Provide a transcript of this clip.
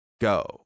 go